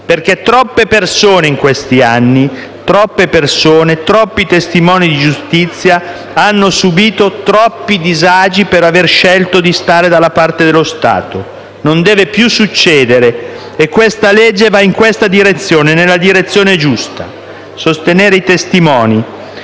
perché troppe persone, in questi anni, troppi testimoni di giustizia hanno subìto troppi disagi per aver scelto di stare della parte dello Stato. Non deve più succedere e questo provvedimento va in questa direzione, nella direzione giusta: sostenere i testimoni,